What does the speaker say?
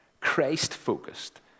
Christ-focused